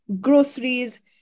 groceries